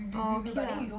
orh okay lah